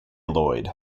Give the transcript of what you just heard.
lloyd